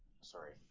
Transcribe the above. sorry